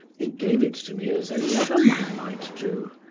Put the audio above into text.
he gave it to me as any other man might do,